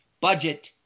budget